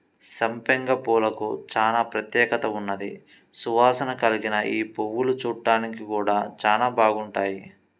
సంపెంగ పూలకు చానా ప్రత్యేకత ఉన్నది, సువాసన కల్గిన యీ పువ్వులు చూడ్డానికి గూడా చానా బాగుంటాయి